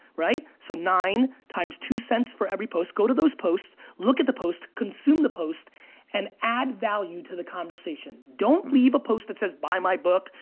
so nine times two cents for every post, go to those posts, look at the posts, consume the post and add value to the conversation. don't leave a post that says buy my book,